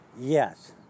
Yes